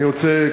אני רוצה,